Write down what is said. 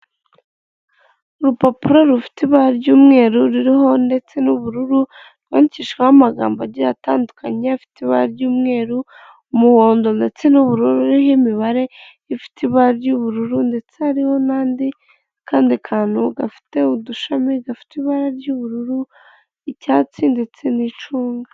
Urupapuro rufite ibara ry'umweru ruriho ndetse n'ubururu rwandicishijeho amagambo agiye atandukanye afite ibara ry'umweru, umuhondo ndetse n'ubururu nk'imibare ifite ibara ry'ubururu ndetse hariho n'andi n'akandi kantu gafite udushami gafite ibara ry'ubururu, icyatsi ndetse n'icunga.